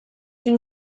une